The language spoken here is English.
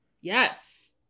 Yes